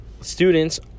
students